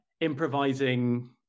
improvising